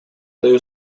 даю